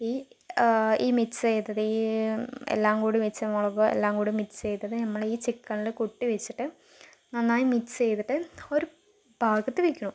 ഈ ഈ മിക്സ് ചെയ്തത് ഈ എല്ലാം കൂടി വെച്ച് മുളകും എല്ലാം കൂടി മിക്സ് ചെയ്തത് നമ്മൾ ഈ ചിക്കനിൽ കൊട്ടി വെച്ചിട്ട് നന്നായി മിക്സ് ചെയ്തിട്ട് ഒരു ഭാഗത്തു വെക്കുന്നു